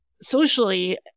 socially